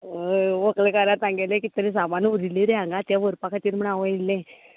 हय व्हकलकारां सांगिल्लें कित तरी सामान उरिल्लें रे हांगा तें व्हरपा खातीर म्हूण हांव येल्लें